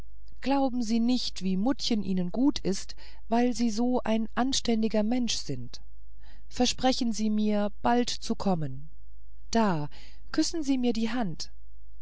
glauben nicht wie mutterchen ihnen gut ist weil sie solch ein verständiger mensch sind versprechen sie mir bald zu kommen da küssen sie mir die hand